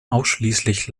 ausschließlich